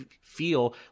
feel